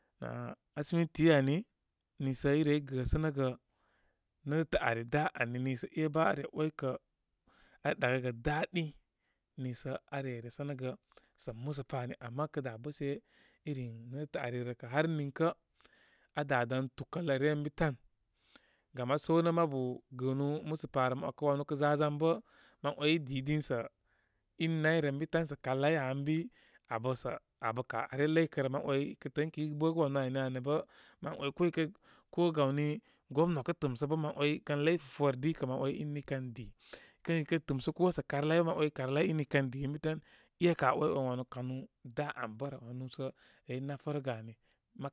Nə' asmiti ani, niisə i rey gəsənəgə netətə' ari da ani niisə e'bə are 'way kə' are ɗakəgə daɗi nii sə are wesənəgə sə' musə pa ani. Ama kə da bəshe irin netətə' ari rə ka har nin kə' aa dā dan dukəl rə ryə ən bi tan. laam aa səwnə mabu gəənu musa pa rə. Mə 'wakə wanu kə gazan bə mən 'way i di dini sə' in nayrə ə bi tan. Sə kalai aa ən bi. Abə sə' abə' kə are ləy kə rə. Mə 'way i kə' tə'ə' ən kəy bə gə wanu any ni ani bə', mə 'way ko i kə ko gawni gomna kə tɨmsə bə mə 'way kən ləy fufore di kə mə 'way in i kə di. kə' ikə tɨmsə ko sə' karlai mə 'way karlai in i kən di ənbi tan. E' kə' aa 'way 'wan wanu dā an bərə, wanu sə rey afarəgə ani.